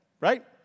right